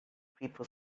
people